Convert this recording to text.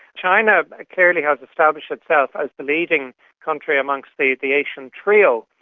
china clearly has established itself as the leading country amongst the the asian trio,